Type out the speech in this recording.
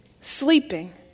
Sleeping